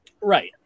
Right